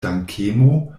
dankemo